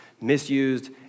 misused